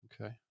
okay